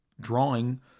drawing